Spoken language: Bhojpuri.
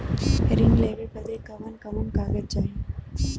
ऋण लेवे बदे कवन कवन कागज चाही?